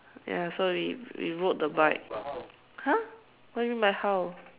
ya so we we rode the bike !huh! what do you mean by how